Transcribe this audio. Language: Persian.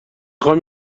خوام